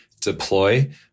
deploy